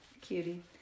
cutie